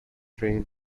train